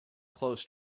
close